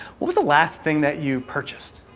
what was the last thing that you purchased?